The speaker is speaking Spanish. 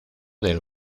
del